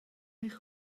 eich